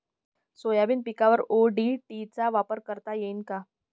Soybean पिकावर ODT चा वापर करता येईन का?